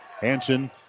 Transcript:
Hanson